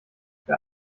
wer